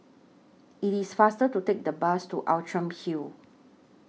IT IS faster to Take The Bus to Outram Hill